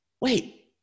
wait